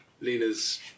Lena's